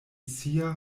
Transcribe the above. sia